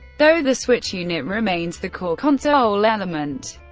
though the switch unit remains the core console element.